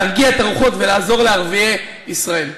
להרגיע את הרוחות ולעזור לערביי ישראל.